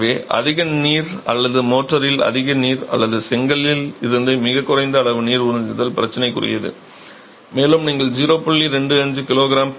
எனவே அதிக நீர் அல்லது மோர்ட்டாரில் அதிக நீர் அல்லது செங்கலில் இருந்து மிகக் குறைந்த அளவு நீர் உறிஞ்சுதல் பிரச்சனைக்குரியது மேலும் நீங்கள் 0